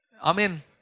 amen